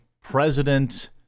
president